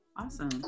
Awesome